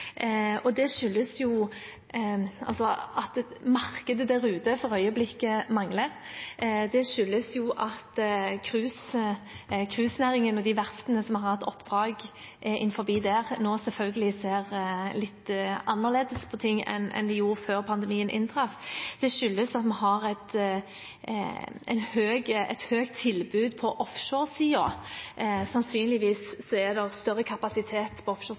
Det skyldes at markedet der ute for øyeblikket mangler. Det skyldes at cruisenæringen og de verftene som har hatt oppdrag innenfor den, nå selvfølgelig ser litt annerledes på ting enn de gjorde før pandemien inntraff. Det skyldes at vi har et høyt tilbud på offshoresiden, sannsynligvis er det større kapasitet på